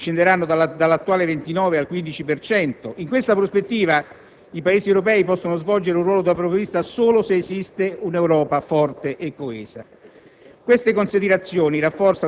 l'India il 12 per cento, gli USA scenderanno dall'attuale 29 al 15 per cento. In questa prospettiva, i Paesi europei possono svolgere un ruolo da protagonista solo se esiste un'Europa forte e coesa.